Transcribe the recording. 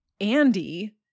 Andy